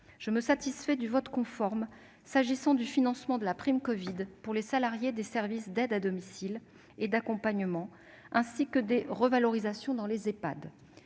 je me satisfais du vote conforme s'agissant du financement de la prime covid pour les salariés des services d'aide et d'accompagnement à domicile (SAAD), ainsi que des revalorisations dans les